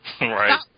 right